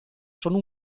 sono